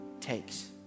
takes